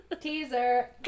Teaser